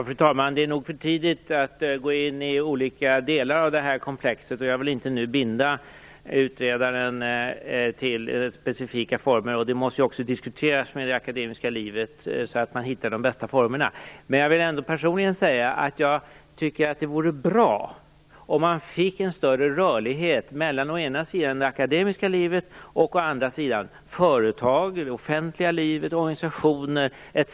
Fru talman! Det är nog för tidigt att gå in i olika delar av det här komplexet, och jag vill inte nu binda utredaren till specifika former. Detta måste också diskuteras med det akademiska livet, så att man hittar de bästa formerna. Jag vill ändå personligen säga att jag tycker att det vore bra, om man fick en större rörlighet mellan å ena sidan det akademiska livet, å andra sidan företag, det offentliga livet, organisationer etc.